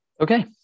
okay